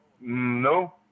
No